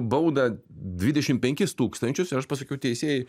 baudą dvidešimt penkis tūkstančius ir aš pasakiau teisėjui